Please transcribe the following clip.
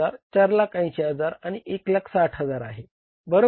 तर ते 180000 160000 480000 आणि 160000 आहे बरोबर